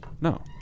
No